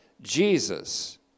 jesus